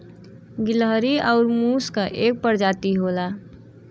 गिलहरी आउर मुस क एक परजाती होला